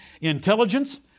Intelligence